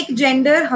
gender